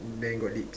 then got lips